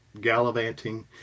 gallivanting